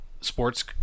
sports